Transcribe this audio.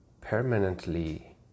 permanently